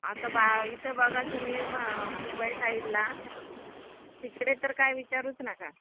आता बा इथं बघाल तुम्ही म मुंबई साईडला तिकडे तर काय विचारूच नका